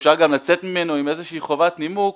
שאפשר לצאת ממנו עם איזושהי חובת נימוק,